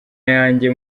yanjye